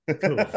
Cool